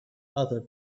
other